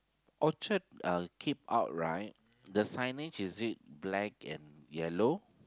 orchard keep our right the signage is it black and yellow